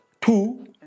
two